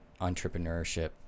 entrepreneurship